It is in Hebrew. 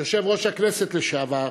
יושב-ראש הכנסת לשעבר